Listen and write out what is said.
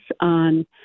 on